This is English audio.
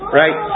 right